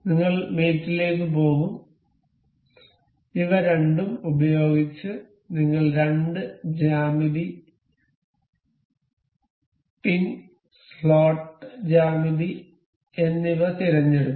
നിങ്ങൾ മേറ്റ് ലേക്ക് പോകും ഇവ രണ്ടും ഉപയോഗിച്ച് നിങ്ങൾ രണ്ട് ജ്യാമിതി പിൻ സ്ലോട്ട് ജ്യാമിതി എന്നിവ തിരഞ്ഞെടുക്കും